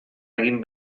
egin